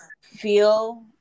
feel